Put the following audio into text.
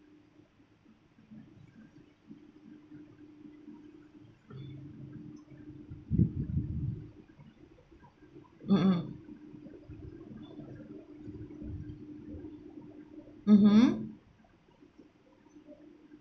mm mm mmhmm